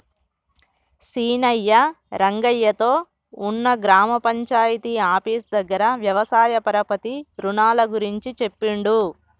సీనయ్య రంగయ్య తో ఉన్న గ్రామ పంచాయితీ ఆఫీసు దగ్గర వ్యవసాయ పరపతి రుణాల గురించి చెప్పిండు